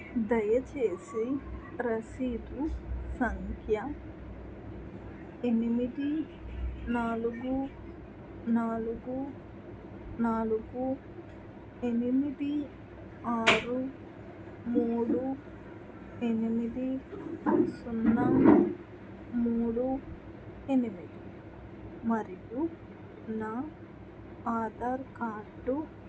దయచేసి రసీదు సంఖ్య ఎనిమిది నాలుగు నాలుగు నాలుగు ఎనిమిది ఆరు మూడు ఎనిమిది సున్నా మూడు ఎనిమిది మరియు నా ఆధార్ కార్డు